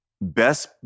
best